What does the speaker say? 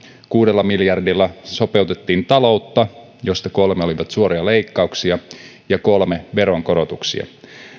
kuudella miljardilla sopeutettiin taloutta josta kolme miljardia oli suoria leikkauksia ja kolme miljardia veronkorotuksia